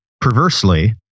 perversely